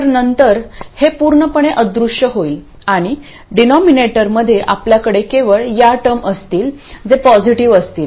तर नंतर हे पूर्णपणे अदृश्य होईल आणि डीनोमिनेटरमध्ये आपल्याकडे केवळ या टर्म असतील जे पॉसिटिव असतील